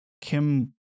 Kim